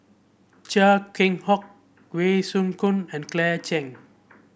Chia Keng Hock Wee Choon Seng and Claire Chiang